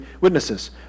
witnesses